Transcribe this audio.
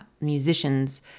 musicians